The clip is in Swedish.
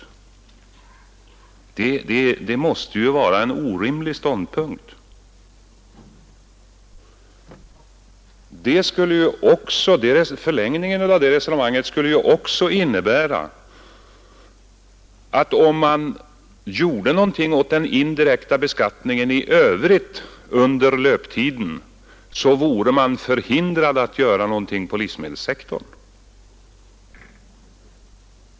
Det måste vara en orimlig ståndpunkt. Förlängningen av det resonemanget skulle då vara, att om man under löptiden gjorde något åt den indirekta beskattningen i övrigt, så vore man förhindrad att göra någonting på livsmedelssektorn.